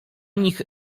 nich